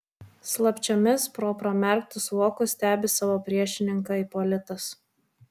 slapčiomis pro pramerktus vokus stebi savo priešininką ipolitas